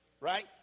right